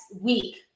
week